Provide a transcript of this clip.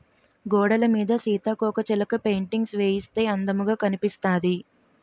గోడలమీద సీతాకోకచిలక పెయింటింగ్స్ వేయిస్తే అందముగా కనిపిస్తాది